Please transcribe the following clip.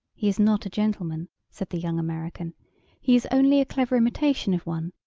he is not a gentleman, said the young american he is only a clever imitation of one.